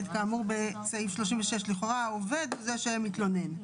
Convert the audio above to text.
כאמור בסעיף 36" לכאורה העובד הוא המתלונן.